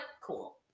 cool